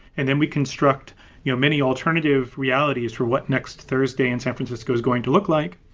and then we construct you know many alternative realities for what next thursday in san francisco is going to look like,